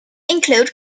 include